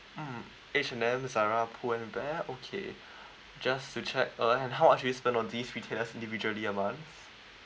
mm H&M Zara Pull and Bear okay just to check uh how much you spend on these retailers individually a month